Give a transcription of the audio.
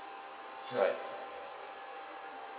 correct